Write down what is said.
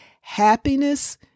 happiness